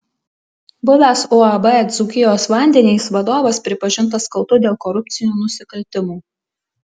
buvęs uab dzūkijos vandenys vadovas pripažintas kaltu dėl korupcinių nusikaltimų